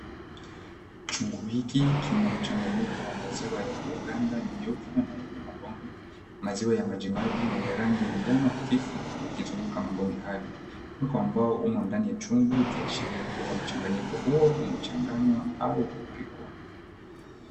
Chungu hiki kina mchanganyiko wa maziwa yaliyoganda nyeupe na yenye mabonge, maziwa ya majimaji yenye rangi ya njano hafifu ikisunguka mabonge hayo mwiko wa mbao umo ndani ya chungu ikiashiria kuwa mchanganyiko huo umechanganywa au kupikwa.